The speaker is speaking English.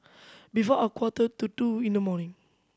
before a quarter to two in the morning